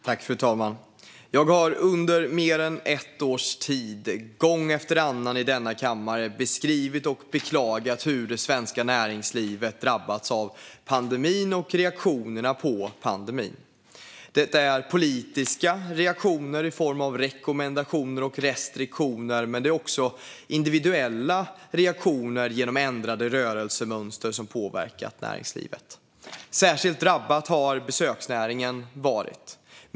Fru talman! Jag har under mer än ett års tid gång efter annan i denna kammare beskrivit och beklagat hur det svenska näringslivet drabbats av pandemin och reaktionerna på pandemin. Det är politiska reaktioner i form av rekommendationer och restriktioner, men det är också individuella reaktioner genom ändrade rörelsemönster som påverkat näringslivet. Särskilt drabbad har besöksnäringen varit.